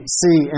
see